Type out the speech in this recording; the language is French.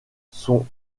sont